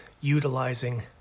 utilizing